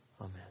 Amen